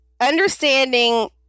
understanding